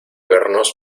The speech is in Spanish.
vernos